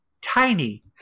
Tiny